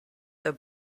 their